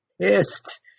pissed